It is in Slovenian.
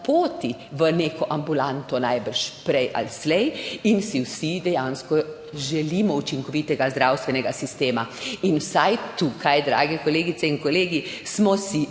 poti v neko ambulanto, najbrž prej ali slej in si vsi dejansko želimo učinkovitega zdravstvenega sistema, in vsaj tukaj, drage kolegice in kolegi, smo si